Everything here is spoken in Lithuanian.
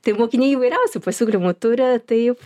tai mokiniai įvairiausių pasiūlymų turi taip